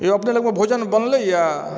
यौ अपने लग मे भोजन बनलैया